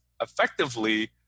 effectively